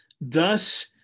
Thus